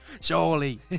Surely